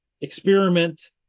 experiment